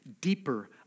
deeper